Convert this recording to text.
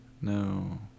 No